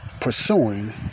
pursuing